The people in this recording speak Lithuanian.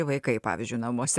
vaikai pavyzdžiui namuose